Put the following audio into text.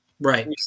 Right